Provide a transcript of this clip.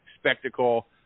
spectacle